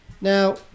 Now